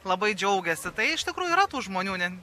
labai džiaugiasi tai iš tikrųjų yra tų žmonių ne